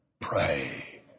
pray